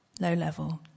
low-level